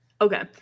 Okay